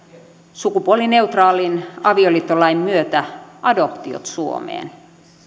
sukupuolineutraalin avioliittolain myötä adoptiot suomeen